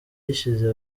gishize